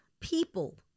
people